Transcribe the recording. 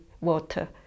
water